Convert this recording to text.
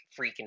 freaking